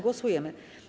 Głosujemy.